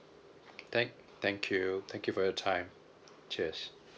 thank thank you thank you for your time cheers